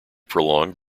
prolonged